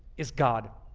is god.